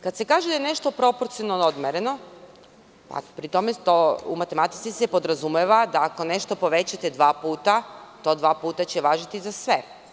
Kada se kaže da je nešto proporcionalno odmereno, pri tome u matematici se podrazumeva da ako nešto povećate dva puta, to dva puta će važiti za sve.